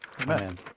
Amen